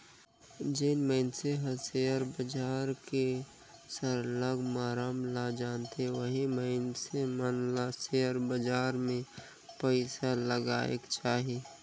जेन मइनसे हर सेयर बजार के सरलग मरम ल जानथे ओही मइनसे मन ल सेयर बजार में पइसा लगाएक चाही